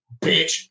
bitch